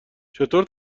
چطور